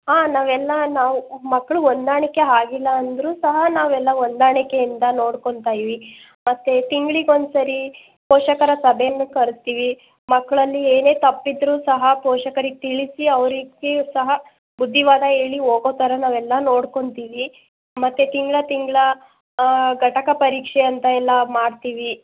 ಹಾಂ ನಾವೆಲ್ಲ ನಾವು ಮಕ್ಕಳು ಹೊಂದಾಣಿಕೆ ಆಗಿಲ್ಲ ಅಂದರೂ ಸಹ ನಾವೆಲ್ಲ ಹೊಂದಾಣಿಕೆಯಿಂದ ನೋಡ್ಕೊತಾ ಇದಿವಿ ಮತ್ತೆ ತಿಂಗ್ಳಿಗೆ ಒನ್ ಸರಿ ಪೋಷಕರ ಸಭೆಯನ್ನು ಕರೆಸ್ತೀವಿ ಮಕ್ಕಳಲ್ಲಿ ಏನೇ ತಪ್ಪಿದ್ದರೂ ಸಹ ಪೋಷಕರಿಗೆ ತಿಳಿಸಿ ಅವರಿಗೆ ಸಹ ಬುದ್ದಿವಾದ ಹೇಳಿ ಹೋಗೋ ಥರ ನಾವೆಲ್ಲ ನೋಡ್ಕೊತೀವಿ ಮತ್ತೆ ತಿಂಗಳ ತಿಂಗಳ ಘಟಕ ಪರೀಕ್ಷೆ ಅಂತ ಎಲ್ಲ ಮಾಡ್ತೀವಿ